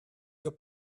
your